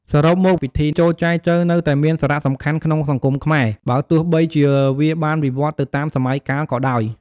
សរុបមក ពិធីចូលចែចូវនៅតែមានសារៈសំខាន់ក្នុងសង្គមខ្មែរ បើទោះបីជាវាបានវិវឌ្ឍន៍ទៅតាមសម័យកាលក៏ដោយ។